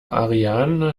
ariane